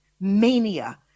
mania